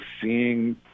seeing